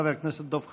חבר הכנסת דב חנין.